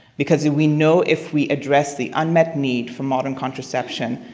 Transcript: because we know if we address the unmet need for modern contraception,